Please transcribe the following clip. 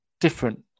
different